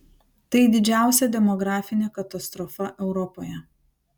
tai didžiausia demografinė katastrofa europoje